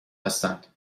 هستند